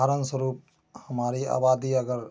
उदाहरण स्वरूप हमारी आबादी अगर